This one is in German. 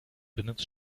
benutzt